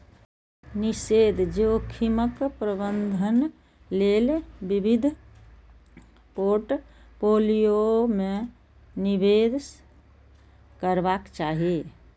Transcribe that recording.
निवेश जोखिमक प्रबंधन लेल विविध पोर्टफोलियो मे निवेश करबाक चाही